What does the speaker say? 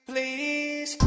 Please